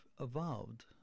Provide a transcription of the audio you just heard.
evolved